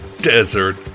desert